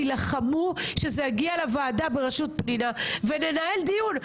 תילחמו שזה יגיע לוועדה בראשות פנינה וננהל דיון.